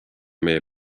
meie